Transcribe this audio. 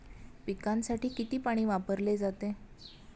पिकांसाठी किती पाणी वापरले जाते?